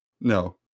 No